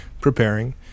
preparing